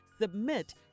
Submit